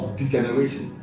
degeneration